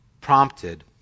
prompted